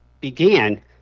began